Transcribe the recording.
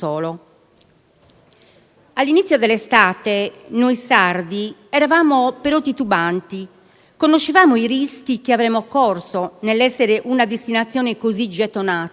All'inizio dell'estate noi sardi eravamo però titubanti, conoscevamo i rischi che avremmo corso nell'essere una destinazione così gettonata